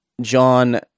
John